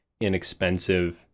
inexpensive